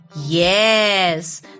Yes